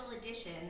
edition